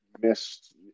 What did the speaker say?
missed